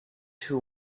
two